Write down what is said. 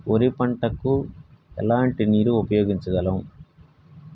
వరి పంట కు ఎలాంటి నీరు ఉపయోగించగలం?